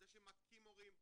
על זה שמכים הורים,